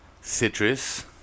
Citrus